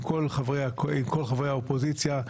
חברי האופוזיציה.